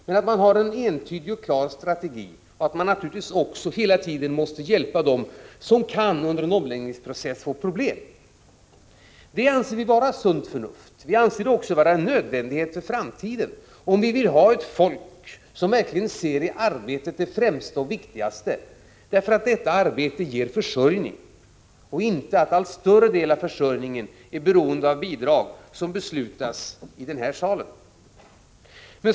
Men man har en entydig och klar strategi, och man måste naturligtvis hela tiden hjälpa dem som under en omläggningsprocess kan få bekymmer. Det anser vi vara sunt förnuft. Vi anser det också vara en nödvändighet för framtiden, om vi vill ha ett folk som i arbetet verkligen ser det främsta och viktigaste, därför att detta arbete ger försörjning i stället för att allt större del av försörjningen är beroende av bidrag som beslutas i denna sal.